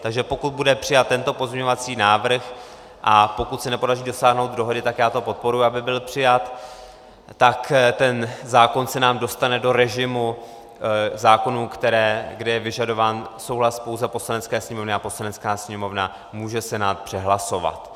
Takže pokud bude přijat tento pozměňovací návrh a pokud se nepodaří dosáhnout dohody, tak já to podporuji, aby byl přijat, tak ten zákon se nám dostane do režimu zákonů, kde je vyžadován souhlas pouze Poslanecké sněmovny, a Poslanecká sněmovna může Senát přehlasovat.